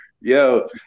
Yo